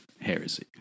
heresy